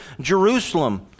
Jerusalem